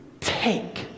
take